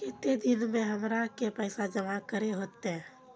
केते दिन में हमरा के पैसा जमा करे होते?